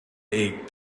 eight